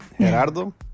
Gerardo